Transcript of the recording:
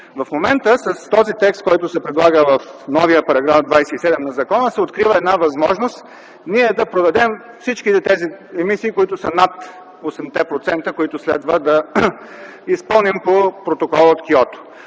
В момента с текста, който се предлага с новия § 27 на закона, се открива възможност да продадем всички тези емисии над 8%, които следва да изпълним по Протокола от Киото.